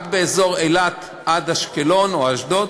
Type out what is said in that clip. רק באזור אילת עד אשקלון או אשדוד,